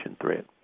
threat